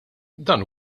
dan